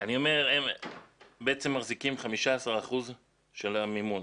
הם בעצם מחזיקים 15% של המימון